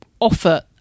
offer